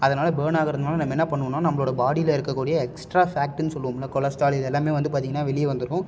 அதனால் பர்ன் ஆகுறதுனால நம்ம என்ன பண்ணுன்னா நம்பளோட பாடியில இருக்கக்கூடிய எக்ஸ்ட்ரா ஃபேக்ட்டுன்னு சொல்லுவோம்ல கொலஸ்ட்ரால் இது எல்லாமே வந்து பார்த்திங்கன்னா வெளியே வந்துரும்